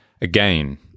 Again